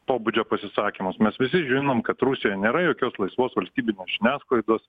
pobūdžio pasisakymus mes visi žinom kad rusijoj nėra jokios laisvos valstybinės žiniasklaidos